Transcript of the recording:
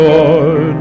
Lord